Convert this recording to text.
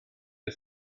der